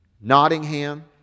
Nottingham